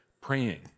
praying